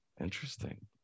Interesting